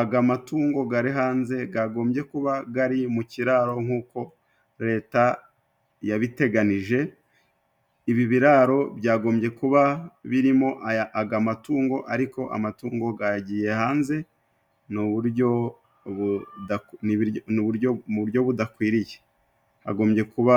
aga matungo gari hanze gagombye kuba gari mu kiraro nk'uko leta yabiteganije, ibi biraro byagombye kuba birimo aya aga matungo, ariko amatungo gagiye hanze, ni uburyo mu buryo budakwiriye. Hagombye kuba.